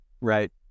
Right